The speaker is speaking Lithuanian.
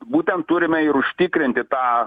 būtent turime ir užtikrinti tą